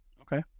Okay